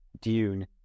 Dune